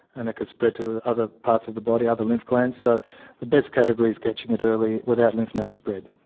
and it could spread to other parts of the body, other lymph glands. so the best category is catching it early without lymph node spread.